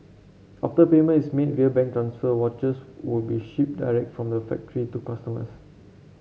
after payment is made via bank transfer watches would be shipped direct from the factory to customers